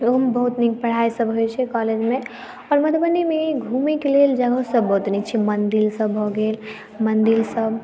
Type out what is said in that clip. ओहोमे बहुत नीक पढ़ाइ सभ होय छै कॉलेज मे मधुबनीमे घूमेक लेल जगहसभ सेहो बड नीक छै मंदिलसभ भऽ गेल मंदिल सभ